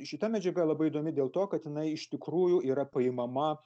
šita medžiaga labai įdomi dėl to kad jinai iš tikrųjų yra paimama